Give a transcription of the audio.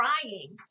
crying